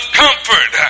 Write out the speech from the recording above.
comfort